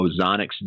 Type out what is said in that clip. ozonics